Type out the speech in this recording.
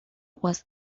was